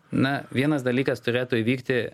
na vienas dalykas turėtų įvykti